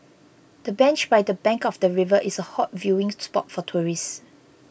the bench by the bank of the river is a hot viewing spot for tourists